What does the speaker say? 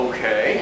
Okay